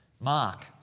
Mark